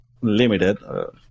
limited